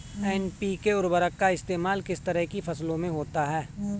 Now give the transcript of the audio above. NPK उर्वरक का इस्तेमाल किस तरह की फसलों में होता है?